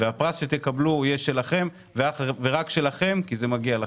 והפרס שתקבלו יהיה שלכם ורק שלכם כי זה מגיע לכם.